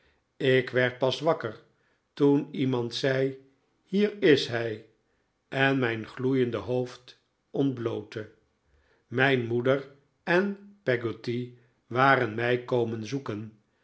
ik werd pas wakker toen iemand zei hier is hij en mijn gloeiende hoofd ontblootte mijn moeder en peggotty waren mij komen zoeken